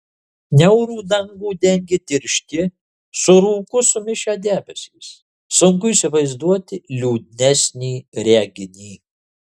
niaurų dangų dengė tiršti su rūku sumišę debesys sunku įsivaizduoti liūdnesnį reginį